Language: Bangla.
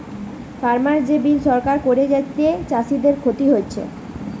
ফার্মার যে বিল সরকার করে যাতে চাষীদের ক্ষতি হচ্ছে